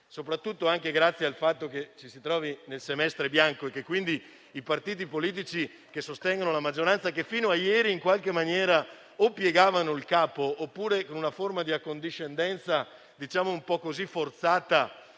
soprattutto grazie al fatto che ci si trova nel semestre bianco e quindi i partiti politici che sostengono la maggioranza, che fino a ieri in qualche maniera piegavano il capo oppure, con una forma di accondiscendenza un po' forzata,